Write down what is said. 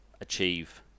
achieve